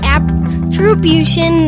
Attribution